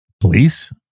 police